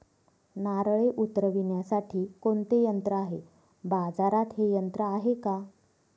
नारळे उतरविण्यासाठी कोणते यंत्र आहे? बाजारात हे यंत्र आहे का?